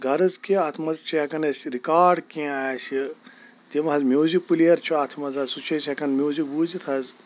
غرٕض کہِ اتھ منٛز چھِ ہیٚکان أسۍ رِکاڑ کیٚنٛہہ آسہِ تِم حظ میوٗزِک پٕلیٚیر چھُ اَتھ منٛز حظ سُہ چھِ أسۍ ہیٚکان میوٗزِک بوٗزِتھ حظ